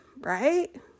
right